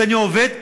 ואני עובד,